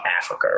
Africa